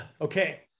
okay